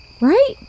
right